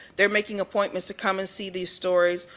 they're making appointments to come and see these stories,